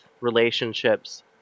relationships